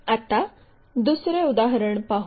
आता दुसरे उदाहरण पाहू